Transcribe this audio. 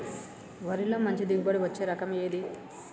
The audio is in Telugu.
వరిలో మంచి దిగుబడి ఇచ్చే రకం ఏది?